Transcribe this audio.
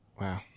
Wow